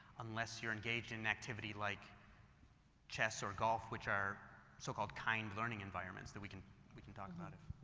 unless you're engaged in an activity like chest or golf which are so called, kind learning environments that we can we can talk about it.